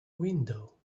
window